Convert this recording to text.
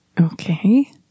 Okay